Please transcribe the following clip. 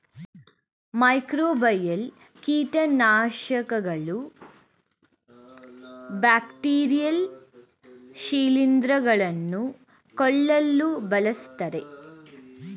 microbial ಕೀಟನಾಶಕಗಳು bacteria ಶಿಲಿಂದ್ರ ಗಳನ್ನು ಕೊಲ್ಲಲು ಬಳ್ಸತ್ತರೆ